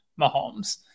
Mahomes